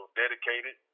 dedicated